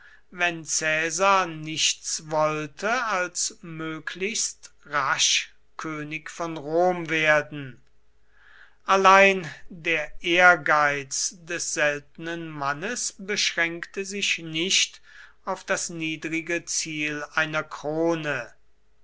wenn caesar nichts wollte als möglichst rasch könig von rom werden allein der ehrgeiz des seltenen mannes beschränkte sich nicht auf das niedrige ziel einer krone